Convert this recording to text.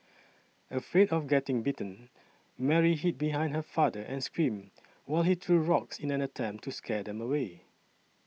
afraid of getting bitten Mary hid behind her father and screamed while he threw rocks in an attempt to scare them away